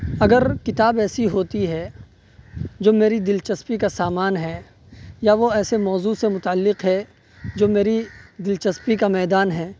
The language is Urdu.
اگر کتاب ایسی ہوتی ہے جو میری دلچسپی کا سامان ہے یا وہ ایسے موضوع سے متعلق ہے جو میری دلچسپی کا میدان ہے